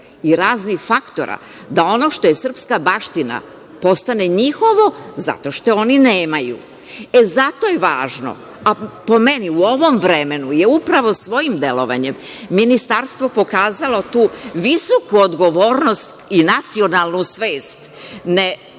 i raznih faktora da ono što je srpska baština postane njihovo zato što je oni nemaju.E, zato je važno po meni, u ovom vremenu e upravo svojim delovanjem ministarstvo pokazalo tu visoku odgovornost i nacionalnu svest ne